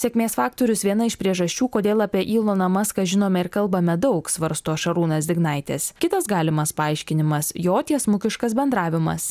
sėkmės faktorius viena iš priežasčių kodėl apie yloną maską žinome ir kalbame daug svarsto šarūnas dignaitis kitas galimas paaiškinimas jo tiesmukiškas bendravimas